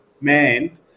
man